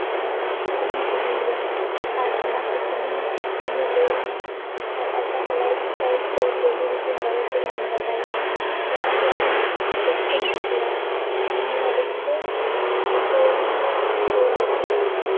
ᱠᱩᱠᱞᱤᱧ ᱠᱩᱞᱤᱭᱮᱭᱟ ᱟᱨ ᱚᱱᱟ ᱠᱩᱠᱞᱤ ᱤᱧᱮ ᱞᱟᱹᱭ ᱤᱧᱟᱹ ᱟᱨ ᱟᱡᱟᱜ ᱞᱟᱭᱤᱯᱷ ᱥᱴᱟᱭᱤᱞ ᱥᱮ ᱰᱮᱞᱤ ᱨᱩᱴᱤᱱ ᱵᱟᱨᱮ ᱛᱮ ᱤᱧᱤᱧ ᱵᱟᱰᱟᱭᱟ ᱚᱱᱟᱜᱮ ᱟᱹᱰᱤ ᱨᱟᱹᱥᱠᱟᱹᱧ ᱵᱩᱡᱷᱟᱹᱣᱟ ᱟᱨ ᱱᱚᱣᱟ ᱨᱟᱹᱥᱠᱟᱹ ᱵᱩᱡᱷᱟᱹᱣ ᱟᱹᱧ ᱡᱮ ᱢᱤᱫᱴᱤᱡ